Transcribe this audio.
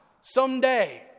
someday